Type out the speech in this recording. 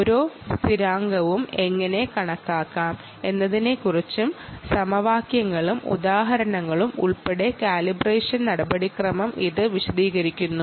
ഓരോ കോൺസ്റ്റൻ്റുകളും എങ്ങനെ കണ്ടുപിടിക്കാം എന്നതിനെക്കുറിച്ചുള്ള സമവാക്യങ്ങളും ഉദാഹരണങ്ങളും ഉൾപ്പെടെ കാലിബ്രേഷൻ നടപടിക്രമങ്ങളും ഇത് വിശദീകരിക്കുന്നു